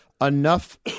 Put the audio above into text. enough